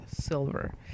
silver